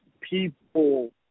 people